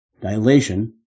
dilation